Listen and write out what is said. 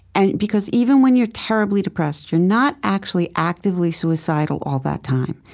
and because even when you're terribly depressed, you're not actually, actively suicidal all that time.